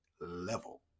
level